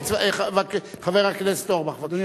חבר הכנסת אורבך, בבקשה.